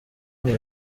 uyu